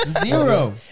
Zero